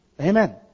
Amen